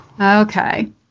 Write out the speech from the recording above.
Okay